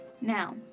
Now